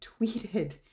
tweeted